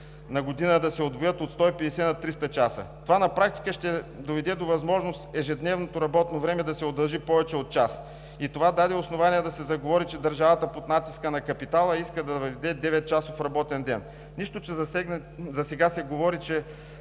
на година да се удвоят от 150 на 300 часа. На практика това ще доведе до възможност ежедневното работно време да се удължи с повече от час. Това даде основание да се заговори, че под натиска на капитала държавата иска да въведе деветчасов работен ден – нищо, че засега се говори, че